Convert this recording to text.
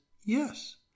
yes